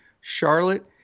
Charlotte